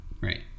Right